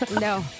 No